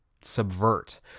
subvert